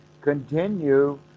continue